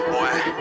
boy